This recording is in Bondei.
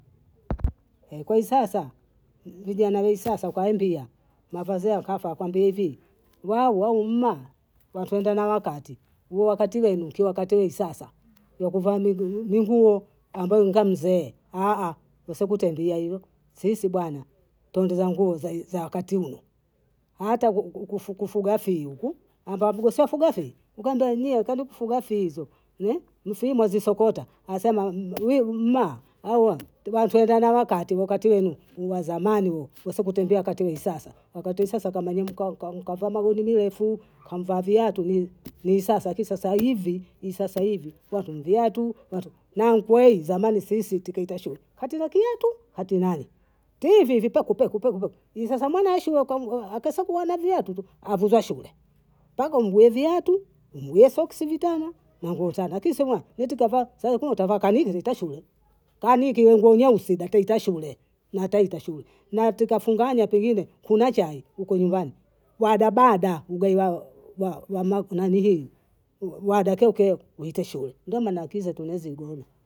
koi sasa, vijana waisasa ukawaambia mavazi haya kafa, kwambia hivi wao wawe mma watwenda na wakati, huo wakati wenu nkio wakati wei sasa wa kuvaa minguo ambayo mvaa mzee kwasabu tangia hiuku sisi bana twaingiza nguo za- za wakati umo, hata ku- kufugafi huku ambavyo si wafugafi nkawaambia nyie kwani kufugafi hizo ni fumazisokota asema mma auwa tuna twenda na wakati, wakati wenu ni wazamani huo nsi kutembea wakati wei sasa, wakati wei sasa kama ni mkaka nka vaa mawani mirefu, kamvaa viatu mi- misasa lakini sasa hivi ni sasa hivi watu mviatu, watu na nkweli zamani sisi tukieta shule hatuna kiatu hatunani, twihivivi pekupekupeku. nkini sasa mwana wa shule kwangu akasakua na viatu avuzwa shule, mpaka umvue viatu, umulie soksi vitana na nguo sana lakini so ng'wa eti kavaa eti kavaa sare kuntavaa kamili nzo ta shule kwani nkiwa nguo narusidate ta shule na taita shule na tukafungana pengine kuna chai huko nyumbani baadabada ugaiwa baada keuke uite shule ndo maana akili zetu nazigulu.